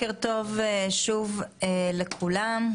שלום לכולם,